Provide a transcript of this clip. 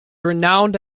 renowned